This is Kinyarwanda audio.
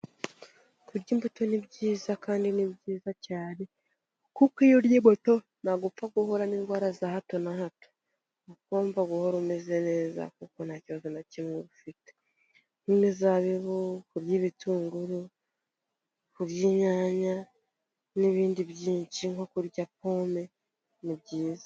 Kurya imbuto ni byiza kandi ni byiza cyane kuko iyo urya imbuto ntabwo upfa guhura n'indwara za hato na hato. Uba ugomba guhora umeze neza kuko nta kibazo na kimwe uba ufite nk'imizabibu kurya ibitunguru, kurya inyanya n'ibindi byinshi nko kurya pome ni byiza.